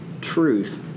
truth